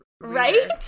Right